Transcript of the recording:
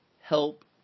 Help